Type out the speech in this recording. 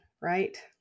right